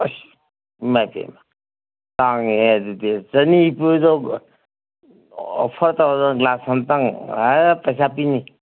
ꯑꯩꯁ ꯏꯃꯥꯏꯄꯦꯝꯃ ꯇꯥꯡꯉꯤꯍꯦ ꯑꯗꯨꯗꯤ ꯆꯅꯤꯄꯤꯕꯗꯣ ꯑꯣꯐꯔ ꯇꯧꯔꯣ ꯒ꯭ꯂꯥꯁ ꯑꯝꯇꯪ ꯑꯦ ꯄꯩꯁꯥ ꯄꯤꯅꯤ